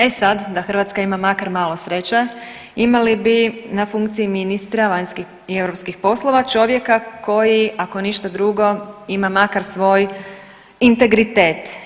E sad, da Hrvatska ima makar malo sreće imali bi na funkciji ministra vanjskih i europskih poslova čovjeka koji ako ništa drugo ima makar svoj integritet.